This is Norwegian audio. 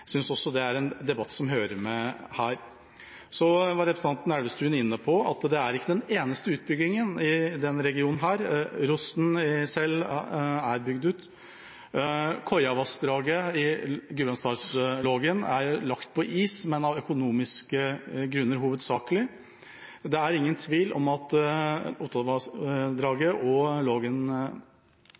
Jeg synes også det er en debatt som hører med her. Så var representanten Elvestuen inne på at dette ikke er den eneste utbyggingen i denne regionen. Rosten i Sel er bygd ut. Koiavassdraget i Gudbrandsdalslågen er lagt på is, av økonomiske grunner hovedsakelig. Det er ingen tvil om at det er svært stor interesse for at Ottavassdraget og Gudbrandsdalslågen blir bygd ut. Det er også en